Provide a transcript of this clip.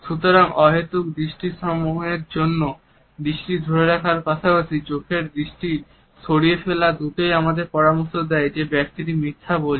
সুতরাং অহেতুক দীর্ঘসময়ের জন্য দৃষ্টি ধরে রাখার পাশাপাশি চোখের দৃষ্টি সরিয়ে ফেলা দুটোই আমাদের পরামর্শ দেয় যে ব্যক্তিটি মিথ্যা বলছে